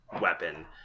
weapon